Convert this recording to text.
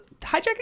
hijacking